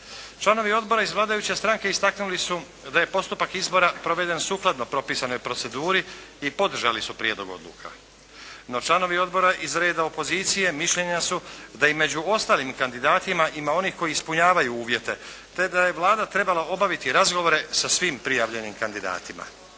Članovi Odbora iz vladajuće stranke istaknuli su da je postupak izbora proveden sukladno propisanoj proceduri i podržali su prijedlog odluka, no članovi odbora iz reda opozicije mišljenja su da i među ostalim kandidatima ima onih koji ispunjavaju uvjete, te da je Vlada trebala obaviti razgovore sa svim prijavljenim kandidatima.